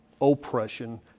oppression